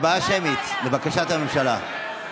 הצבעה שמית, לבקשת הממשלה.